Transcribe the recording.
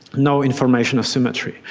no information asymmetry.